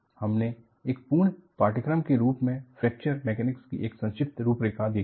हमने एक पूर्ण पाठ्यक्रम के रूप में फ्रैक्चर मैकेनिक की एक संक्षिप्त रूपरेखा देखी है